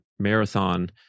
marathon